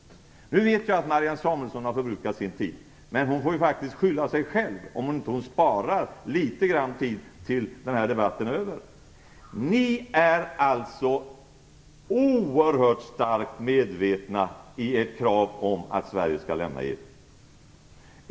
Jag vet att Marianne Samuelsson har förbrukat sin talartid, men hon får faktiskt skylla sig själv om hon inte sparar litet tid till slutet av debatten. Ni i Miljöpartiet är oerhört starkt medvetna i ert krav på att Sverige skall lämna EU.